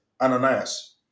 Ananias